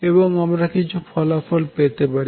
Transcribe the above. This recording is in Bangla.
এবং আমরা কিছু ফলাফল পেতে পারি